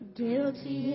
guilty